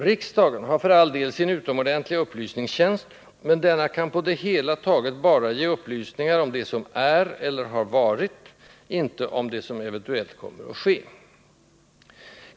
Riksdagen har för all del sin utomordentliga ”upplysningstjänst” men denna kan på det hela taget bara ge upplysningar om det som är eller har varit, inte om det som eventuellt kommer att ske.